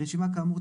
רשימה כאמור,